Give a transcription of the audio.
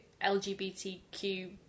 LGBTQ